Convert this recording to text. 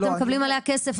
אתם מקבלים עליה כסף.